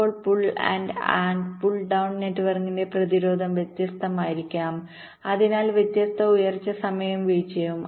ഇപ്പോൾ pull up and pull down നെറ്റ്വർക്കിന്റെ പ്രതിരോധം വ്യത്യസ്തമായിരിക്കാം അതായത് വ്യത്യസ്ത ഉയർച്ച സമയവും വീഴ്ചയും